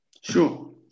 Sure